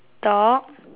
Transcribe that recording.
dog